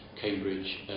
Cambridge